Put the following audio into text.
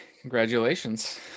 Congratulations